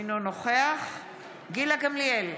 אינו נוכח גילה גמליאל,